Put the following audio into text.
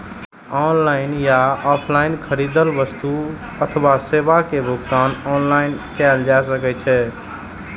online या offline खरीदल वस्तु अथवा सेवा के भुगतान ऑनलाइन कैल जा सकैछ